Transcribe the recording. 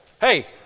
Hey